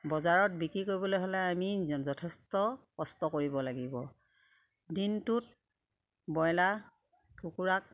বজাৰত বিক্ৰী কৰিবলে হ'লে আমি যথেষ্ট কষ্ট কৰিব লাগিব দিনটোত ব্ৰইলাৰ কুকুৰাক